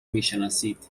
میشناسید